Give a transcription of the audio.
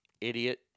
Idiot